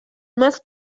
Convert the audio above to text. must